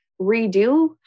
redo